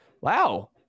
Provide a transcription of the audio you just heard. Wow